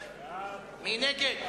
מי נגד?